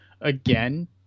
again